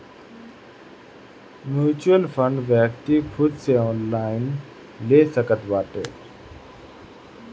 mutual fund व्यक्ति खुद से ऑनलाइन ले सकत बाटे